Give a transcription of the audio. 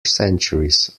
centuries